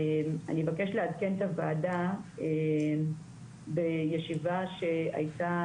אני אבקש לעדכן את הוועדה בישיבה שהיתה